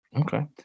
Okay